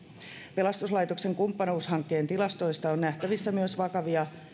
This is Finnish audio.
pelastuslaitoksen kumppanuushankkeen tilastoista on nähtävissä myös vakavia